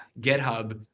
GitHub